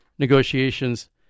negotiations